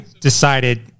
decided